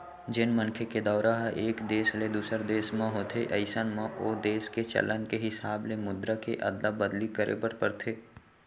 जेन मनखे के दौरा ह एक देस ले दूसर देस म होथे अइसन म ओ देस के चलन के हिसाब ले मुद्रा के अदला बदली करे बर परथे